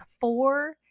four